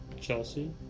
Chelsea